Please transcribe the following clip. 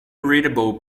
readable